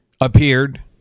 appeared